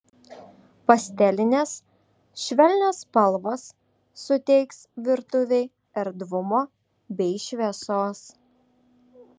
pastelinės švelnios spalvos suteiks virtuvei erdvumo bei šviesos